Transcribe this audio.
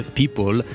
people